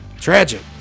tragic